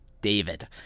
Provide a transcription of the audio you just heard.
David